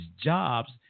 jobs –